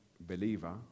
believer